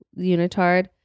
unitard